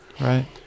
Right